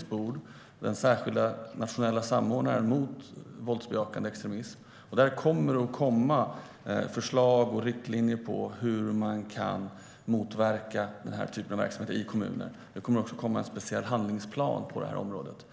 Frågan om den särskilda nationella samordnaren mot våldsbejakande extremism ligger på kultur och demokratiminister Alice Bah Kuhnkes bord. Det kommer att komma förslag och riktlinjer för hur man kan motverka den här typen av verksamhet i kommunerna. Det kommer också att komma en särskild handlingsplan på det här området.